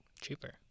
cheaper